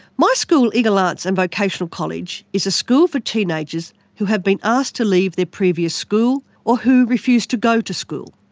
my school, eagle arts and vocational college, is a school for teenagers who have been asked to leave their previous school or who refuse to go to school.